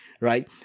right